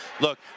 look